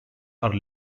are